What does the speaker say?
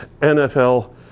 NFL